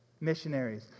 missionaries